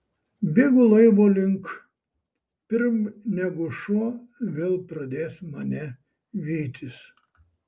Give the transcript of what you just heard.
bėgu laivo link pirm negu šuo vėl pradės mane vytis